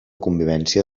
convivència